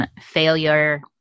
failure